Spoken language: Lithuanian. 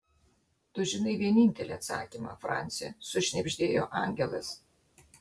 tu žinai vienintelį atsakymą franci sušnibždėjo angelas